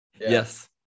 Yes